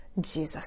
Jesus